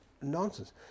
nonsense